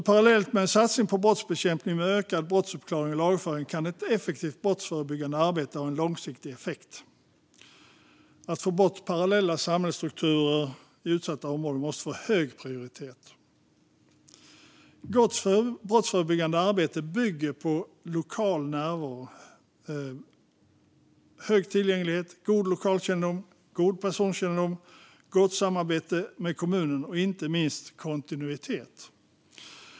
Parallellt med en satsning på brottsbekämpning med ökad brottsuppklaring och lagföring kan ett effektivt brottsförebyggande arbete ha en långsiktig effekt. Att få bort parallella samhällsstrukturer i utsatta områden måste få hög prioritet. Gott brottsförebyggande arbete bygger på lokal närvaro, hög tillgänglighet, god lokalkännedom, god personkännedom, gott samarbete med kommunen och inte minst kontinuitet.